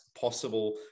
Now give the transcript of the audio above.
possible